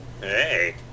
Hey